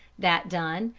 that done,